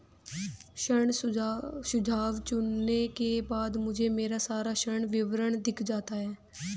ऋण सुझाव चुनने के बाद मुझे मेरा सारा ऋण विवरण दिख जाता है